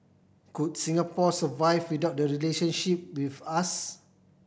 could Singapore survive without the relationship with us